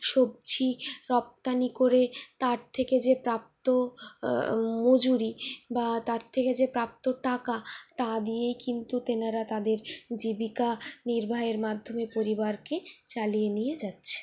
সবজি রপ্তানি করে তার থেকে যে প্রাপ্ত মজুরি বা তার থেকে যে প্রাপ্ত টাকা তা দিয়েই কিন্তু তারা তাদের জীবিকা নির্বাহের মাধ্যমে পরিবারকে চালিয়ে নিয়ে যাচ্ছে